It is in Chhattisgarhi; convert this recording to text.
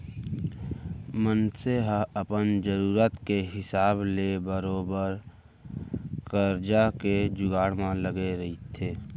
मनसे ह अपन जरुरत के हिसाब ले बरोबर करजा के जुगाड़ म लगे रहिथे